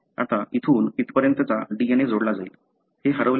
आता इथून इथपर्यंतचा DNA जोडला जाईल हे हरवले आहे